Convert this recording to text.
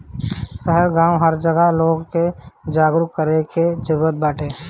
शहर गांव हर जगह लोग के जागरूक करे के जरुरत बाटे